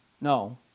No